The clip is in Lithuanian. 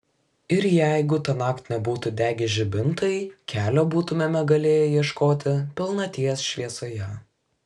ir jeigu tąnakt nebūtų degę žibintai kelio būtumėme galėję ieškoti pilnaties šviesoje